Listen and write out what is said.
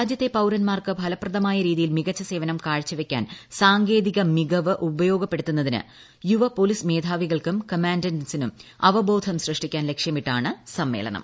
രാജ്യത്തെ പൌരൻമാർക്ക് ഫലപ്രദമായ രീതിയിൽ മികച്ച സേവനം കാഴ്ച വയ്ക്കാൻ സാങ്കേതിക മികവ് ഉപയോഗപ്പെടുത്തുന്നതിന് യുവ പോലീസ് മേധാവികൾക്കും കമ്മാൻഡൻസിനും അവബോധം സൃഷ്ടിക്കാൻ ലക്ഷ്യമിട്ടാണ് സമ്മേളനം